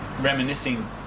reminiscing